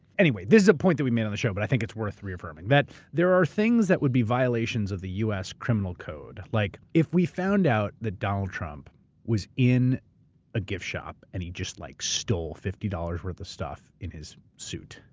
anyway, this is a point that we made on the show, but i think it's worth reaffirming. there are things that would be violations of the u. s. criminal code, like if we found out that donald trump was in a gift shop and he just like stole fifty dollars worth of stuff in his suit,